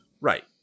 Right